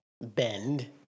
bend